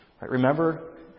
Remember